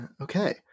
Okay